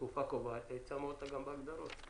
בתקופה הקובעת, היית שמה אותה גם בהגדרות.